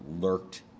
lurked